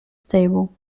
stable